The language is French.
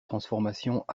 transformations